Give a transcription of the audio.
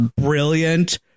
brilliant